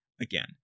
again